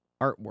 artwork